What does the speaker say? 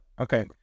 Okay